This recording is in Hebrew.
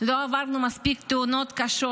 לא עברנו מספיק תאונות קשות?